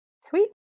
Sweet